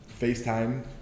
FaceTime